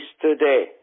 today